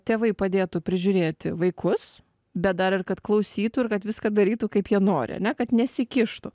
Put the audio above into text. tėvai padėtų prižiūrėti vaikus bet dar ir kad klausytų ir kad viską darytų kaip jie nori ane kad nesikištų